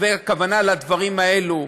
והכוונה לדברים האלה.